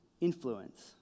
influence